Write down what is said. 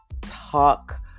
talk